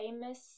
famous